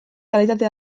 kalitate